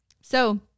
So-